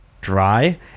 dry